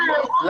לא.